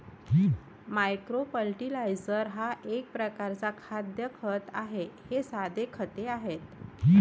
micro fertiliser हा एक प्रकारचा खाद्य खत आहे हे साधे खते आहेत